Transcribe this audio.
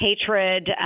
hatred